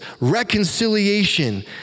reconciliation